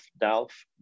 DELF